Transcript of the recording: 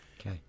Okay